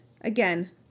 again